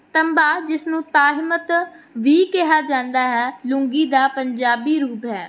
ਤੰਬਾ ਜਿਸਨੂੰ ਤਹਿਮਤ ਵੀ ਕਿਹਾ ਜਾਂਦਾ ਹੈ ਲੂੰਗੀ ਦਾ ਪੰਜਾਬੀ ਰੂਪ ਹੈ